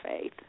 faith